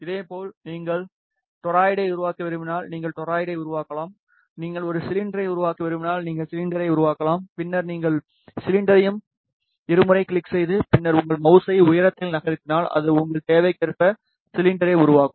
இதேபோல் நீங்கள் டொராய்டை உருவாக்க விரும்பினால்நீங்கள் டொராய்டை உருவாக்கலாம்நீங்கள் ஒரு சிலிண்டரை உருவாக்க விரும்பினால் நீங்கள் சிலிண்டரை உருவாக்கலாம் பின்னர் நீங்கள் சிலிண்டரையும் இருமுறை கிளிக் செய்து பின்னர் உங்கள் மவுஸை உயரத்தில் நகர்த்தினால் அது உங்கள் தேவைக்கேற்ப சிலிண்டரை உருவாக்கும்